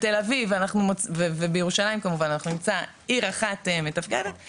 בתל אביב ובירושלים כמובן אנחנו נמצא עיר אחת מתפקדת,